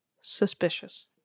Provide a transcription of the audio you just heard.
Suspicious